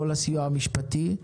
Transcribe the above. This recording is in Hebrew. כל הסיוע המשפטי.